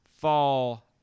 fall